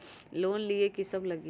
Loan लिए की सब लगी?